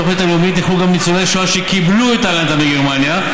בתוכנית הלאומית נכללו גם ניצולי שואה שקיבלו את הרנטה מגרמניה,